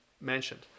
mentioned